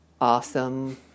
awesome